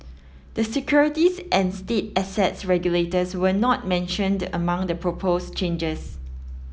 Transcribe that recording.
the securities and state assets regulators were not mentioned among the proposed changes